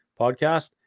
podcast